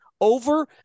over